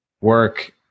work